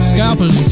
Scalpers